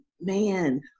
man